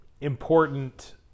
important